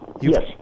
Yes